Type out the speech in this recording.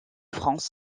france